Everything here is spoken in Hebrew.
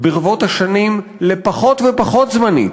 ברבות השנים לפחות ופחות זמנית,